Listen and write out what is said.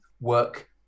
work